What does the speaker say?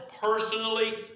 personally